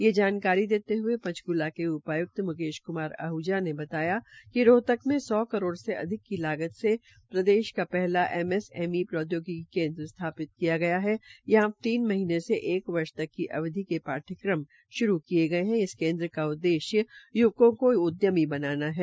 यह जानकारी देते हये पंचकूला के उपायुक्त क्मार आहजा ने बताया कि रोहतक में सौ करोड़ करोड़ से मुकेश अधिक की लागत से प्रदेश का पहला एमएसएमई प्रौदयोगिकी केन्द्र स्थापित किया है यहां तीन महीने से एक वर्ष तक की अवधि के पाठ्यक्रम श्रू किये गये है इस केन्द्र का उद्देश्य युवकों को उद्यमी बनयाया है